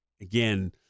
again